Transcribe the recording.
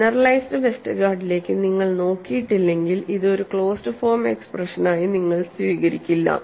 generalised വെസ്റ്റർഗാർഡിലേക്ക് നിങ്ങൾ നോക്കിയിട്ടില്ലെങ്കിൽ ഇത് ഒരു ക്ലോസ്ഡ് ഫോം എക്സ്പ്രഷനായി നിങ്ങൾ സ്വീകരിക്കില്ല